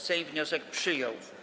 Sejm wniosek przyjął.